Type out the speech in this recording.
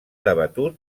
debatut